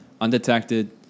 undetected